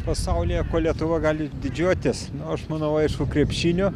pasaulyje kuo lietuva gali didžiuotis aš manau aišku krepšiniu